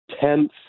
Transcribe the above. tenth